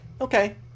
okay